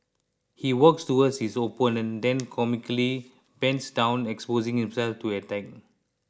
he walks towards his opponent then comically bends down exposing himself to attack